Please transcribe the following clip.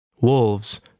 Wolves